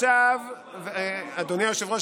בשביל להגיד את העובדות